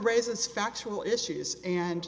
raises factual issues and